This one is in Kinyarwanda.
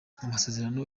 amasezerano